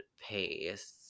Pace